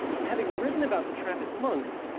and having written about the trappist monks,